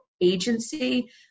agency